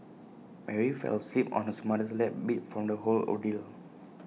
Mary fell asleep on hers mother's lap beat from the whole ordeal